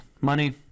money